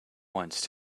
once